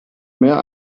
mehr